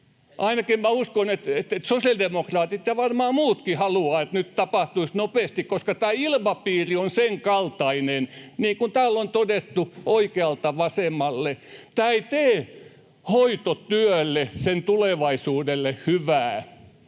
ainakin sosiaalidemokraatit ja varmaan muutkin haluavat, että nyt tapahtuisi nopeasti, koska tämä ilmapiiri on senkaltainen, niin kuin täällä on todettu oikealta vasemmalle, että tämä ei tee hoitotyölle ja sen tulevaisuudelle hyvää.